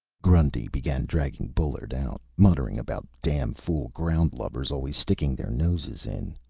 grundy began dragging bullard out, muttering about damn fool groundlubbers always sticking their noses in.